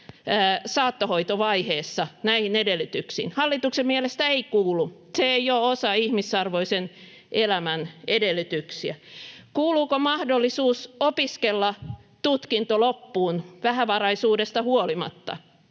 saattohoitovaiheessa näihin edellytyksiin? Hallituksen mielestä ei kuulu, se ei ole osa ihmisarvoisen elämän edellytyksiä. Kuuluuko mahdollisuus opiskella tutkinto loppuun vähävaraisuudesta huolimatta?